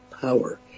power